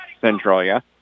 Centralia